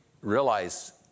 realize